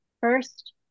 First